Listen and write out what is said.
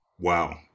Wow